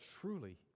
truly